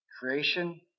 creation